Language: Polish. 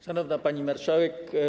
Szanowna Pani Marszałek!